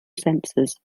sensors